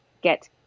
get